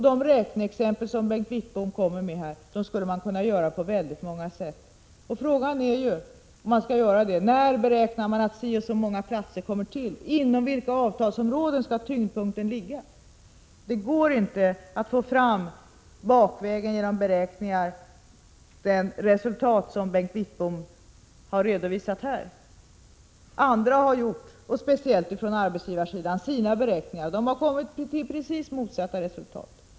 De siffror som Bengt Wittbom anförde i sina räkneexempel skulle kunna räknas fram på många olika sätt: När beräknar man att si och så många platser skall komma till och inom vilka avtalsområden skall tyngdpunkten ligga? Det går inte att genom beräkningar bakvägen få fram de resultat som Bengt Wittbom här redovisade. Andra — speciellt på arbetsgivarsidan — har gjort sina beräkningar och kommit fram till precis motsatta resultat.